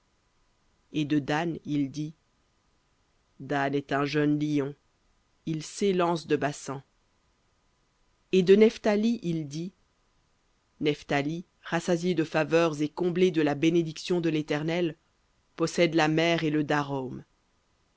et de dan il dit dan est un jeune lion il s'élance de basan et de nephthali il dit nephthali rassasié de faveurs et comblé de la bénédiction de l'éternel possède la mer et le darôm